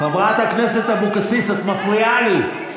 חברת הכנסת אבקסיס, את מפריעה לי.